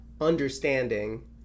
understanding